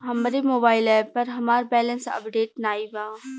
हमरे mobile app पर हमार बैलैंस अपडेट नाई बा